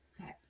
Okay